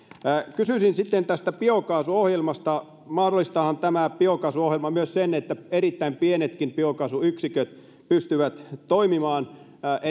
kysyisin sitten tästä biokaasuohjelmasta mahdollistaahan tämä biokaasuohjelma myös sen että erittäin pienetkin biokaasuyksiköt pystyvät toimimaan